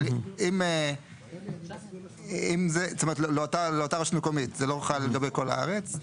אבל אם זה זאת אומרת לאותה רשות מקומית זה לא חל לגבי כל הארץ.